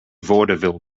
vaudeville